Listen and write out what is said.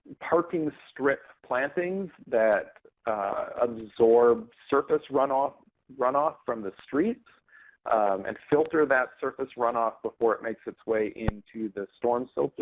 parking strip plantings that absorb surface runoff runoff from the streets and filter that surface runoff before it makes its way into the storm so sewer.